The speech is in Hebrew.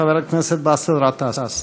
חבר הכנסת באסל גטאס.